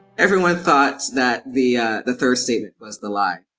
everyone thought that the ah the third statement was the lie.